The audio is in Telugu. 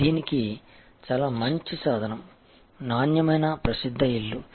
దీనికి చాలా మంచి సాధనం నాణ్యమైన ప్రసిద్ధ ఇల్లు